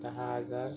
दहा हजार